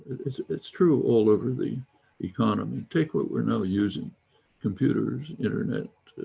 it's it's true all over the economy take what we're now using computers, internet,